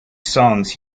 songs